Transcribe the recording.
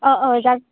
ओ औ